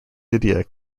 lydia